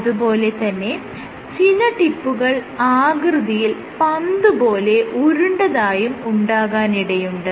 അതുപോലെ തന്നെ ചില ടിപ്പുകൾ ആകൃതിയിൽ പന്ത് പോലെ ഉരുണ്ടതായും ഉണ്ടാകാനിടയുണ്ട്